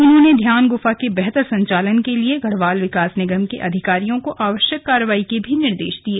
उन्होंने ध्यान गुफा के बेहतर संचालन के लिए गढ़वाल विकास निगम के अधिकारियों को आवश्यक कार्यवाही के भी निर्देश दिये